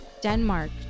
Denmark